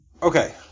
Okay